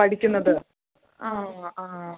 പഠിക്കുന്നത് ആ